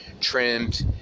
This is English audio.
trimmed